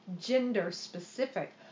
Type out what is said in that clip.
gender-specific